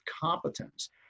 competence